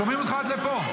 שומעים אותך עד לפה.